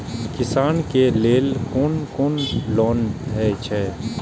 किसान के लेल कोन कोन लोन हे छे?